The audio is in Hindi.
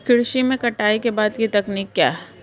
कृषि में कटाई के बाद की तकनीक क्या है?